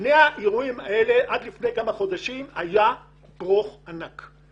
שני האירועים האלה עד לפני כמה שנים היה ברוך ענק.